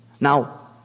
Now